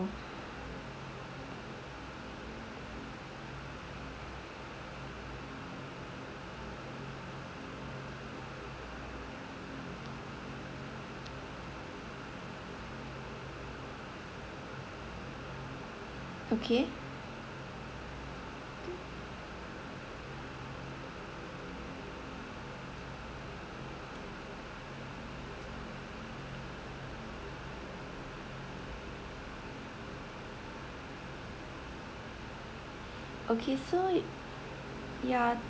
okay okay so you are